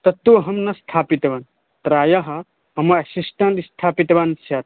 तत्तु अहं न स्थापितवान् प्रायः मम अशिष्टन् स्थापितवान् स्यात्